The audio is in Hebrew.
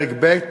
פרק ב',